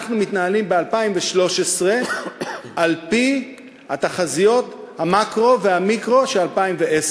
אנחנו מתנהלים ב-2013 על-פי תחזיות המקרו והמיקרו של 2010,